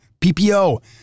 PPO